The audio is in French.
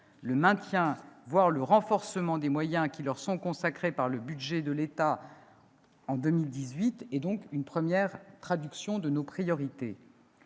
Le maintien, voire le renforcement des moyens qui leur sont consacrés par le budget de l'État en 2018 est donc une première traduction de nos priorités.